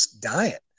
diet